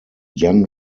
jan